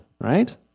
right